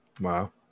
Wow